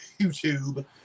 YouTube